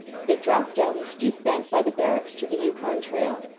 they dropped down the steep bank by the barracks to the yukon trail,